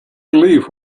believe